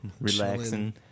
relaxing